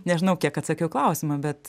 nežinau kiek atsakiau į klausimą bet